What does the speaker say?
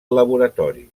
laboratori